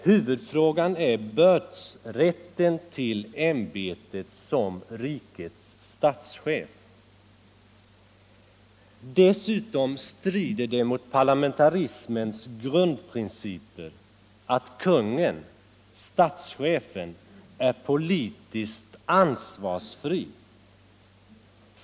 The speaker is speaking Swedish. Huvudfrågan är bördsrätten till ämbetet som rikets statschef. Dessutom 21 strider det mot parlamentarismens grundprinciper att kungen, statschefen, är politiskt ansvarsfri.